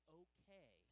okay